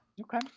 Okay